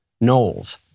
Knowles